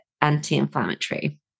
anti-inflammatory